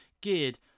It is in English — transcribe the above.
geared